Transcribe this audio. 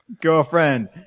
girlfriend